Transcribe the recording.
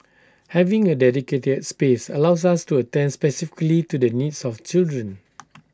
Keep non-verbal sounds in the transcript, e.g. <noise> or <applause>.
having A dedicated space allows us to attend specifically to the needs of children <noise>